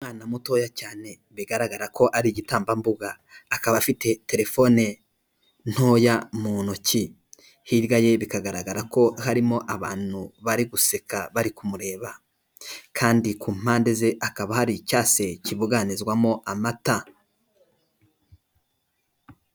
Umwana mutoya cyane bigaragara ko ari igitambambuga, akaba afite telefone ntoya mu ntoki, hirya ye bikagaragara ko harimo abantu bari guseka bari kumureba, kandi ku mpande ze hakaba hari icyansi kibuganizwamo amata.